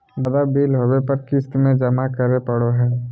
ज्यादा बिल होबो पर क़िस्त में जमा करे पड़ो हइ